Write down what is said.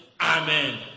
Amen